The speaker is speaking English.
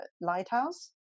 lighthouse